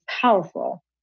powerful